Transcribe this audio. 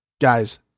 Guys